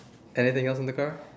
anything else in the car